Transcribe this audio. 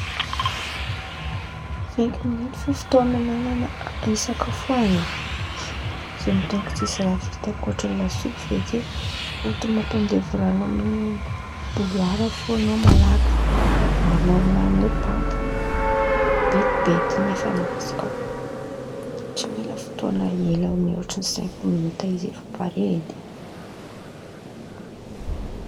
Sainky miniota fotoan̈a an̈anako isakafoan̈ana, zen̈y dônko tsy raha vita ankôtran̈y lasopy feky e fôtiny mampandevy ran̈o amy boloara fo an̈ao malaky, an̈ao amin̈any io paty betibetiby in̈y efa masaka tsy mila fotoan̈a ela mihôtra sainky miniota izy efa paré edy.